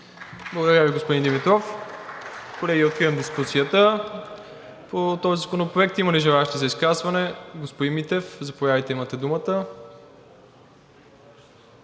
Благодаря Ви, господин Димитров. Колеги, откривам дискусията по този законопроект. Има ли желаещи за изказване? Господин Митев, заповядайте – имате думата.